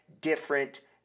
different